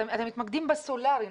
אתם מתמקדים בסולרי.